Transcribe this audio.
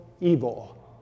evil